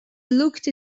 looked